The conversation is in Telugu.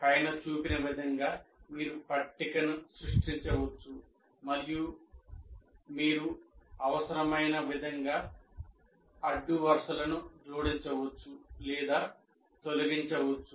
పైన చూపిన విధంగా మీరు పట్టికను సృష్టించవచ్చు మరియు మీరు అవసరమైన విధంగా అడ్డు వరుసలను జోడించవచ్చు లేదా తొలగించవచ్చు